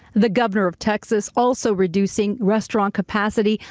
the governor of texas also reducing restaurant capacity.